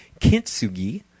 Kintsugi